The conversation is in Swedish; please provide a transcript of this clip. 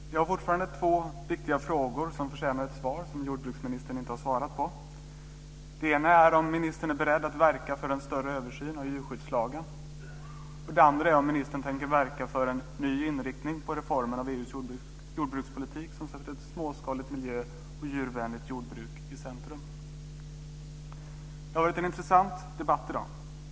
Fru talman! Jag har fortfarande två viktiga frågor som jordbruksministern inte har svarat på som förtjänar ett svar. Den ena frågan är om ministern är beredd att verka för en större översyn av djurskyddslagen. Den andra är om ministern tänker verka för en ny inriktning på reformerna av EU:s jordbrukspolitik som sätter småskaligt, miljö och djurvänligt jordbruk i centrum. Det har varit en intressant debatt i dag.